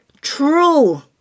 true